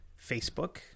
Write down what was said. facebook